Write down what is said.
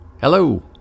Hello